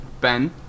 Ben